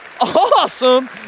awesome